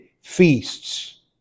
feasts